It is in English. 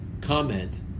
comment